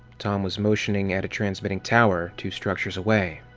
tom was motioning at a transmitting tower, two structures away.